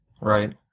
Right